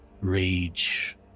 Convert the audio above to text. rage